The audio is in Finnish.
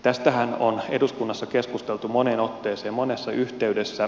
tästähän on eduskunnassa keskusteltu moneen otteeseen monessa yhteydessä